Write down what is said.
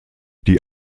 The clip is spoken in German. die